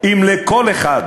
אם לכל אחד,